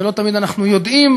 ולא תמיד אנחנו יודעים